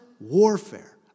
warfare